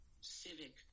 civic